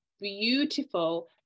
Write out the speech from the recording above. beautiful